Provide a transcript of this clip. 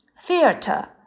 theater